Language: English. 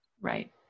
Right